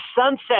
sunset